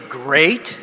great